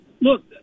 look